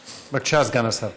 בבקשה, סגן השר.